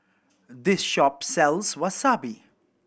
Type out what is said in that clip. this shop sells Wasabi